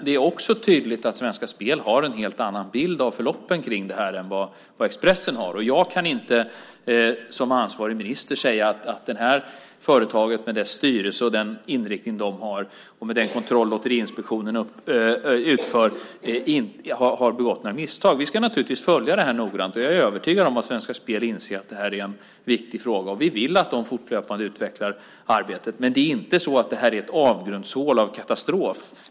Det är också tydligt att Svenska Spel har en helt annan bild av förloppen än vad Expressen har. Jag kan inte som ansvarig minister säga att det här företaget, med den styrelse och den inriktning som det har och med den kontroll Lotteriinspektionen utför, har begått misstag. Vi ska naturligtvis följa detta noggrant. Jag är övertygad om att Svenska Spel inser att detta är en viktig fråga, och vi vill att de fortlöpande utvecklar arbetet. Men det är inte så att detta är en avgrundsdjup katastrof.